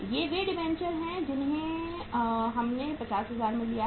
ये वे डिबेंचर हैं जिन्हें हमने 50000 में लिया है